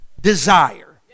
desire